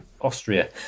Austria